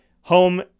home